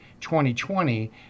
2020